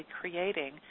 creating